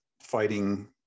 fighting